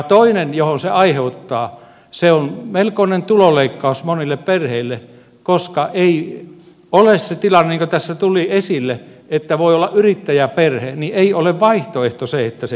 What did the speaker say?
toinen jonka se aiheuttaa on melkoinen tulonleikkaus monille perheille koska jos on se tilanne niin kuin tässä tuli esille että voi olla yrittäjäperhe niin ei ole vaihtoehto se että se jaetaan